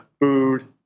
food